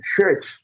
church